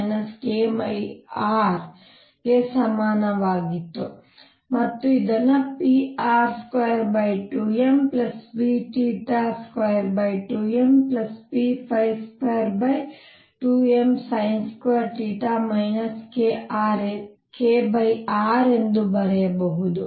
ಮತ್ತು ಇದನ್ನು pr22mp22mp22msin2 krಎಂದು ಬರೆಯಬಹುದು